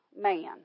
man